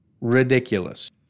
Ridiculous